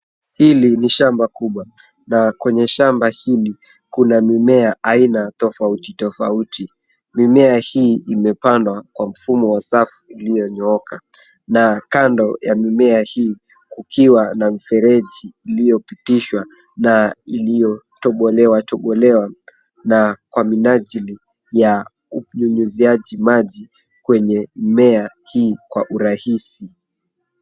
Hili ni shamba kubwa na kwenye shamba hili kuna mimea aina tofauti tofauti. Mimea hii imepandwa kwa mfumo wa safu iliyonyooka na kando ya mimea hii kukiwa na mfereji iliyopitishwa na iliyotobolewa tobolewa na kwa minajili ya unyunyuziaji maji kwenye mmea hii kwa urahisi.